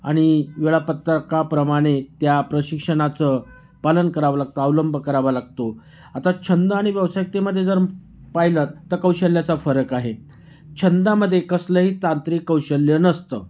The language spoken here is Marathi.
आणि वेळापत्रकाप्रमाणे त्या प्रशिक्षणाचं पालन करावं लागतं अवलंब करावा लागतो आता छंद आणि व्यावसायिकतेमध्ये जर पाहिलंत तर कौशल्याचा फरक आहे छंदामध्ये कसलंही तांत्रिक कौशल्य नसतं